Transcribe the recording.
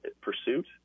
pursuit